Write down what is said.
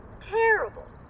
terrible